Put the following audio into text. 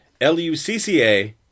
L-U-C-C-A